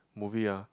movie ah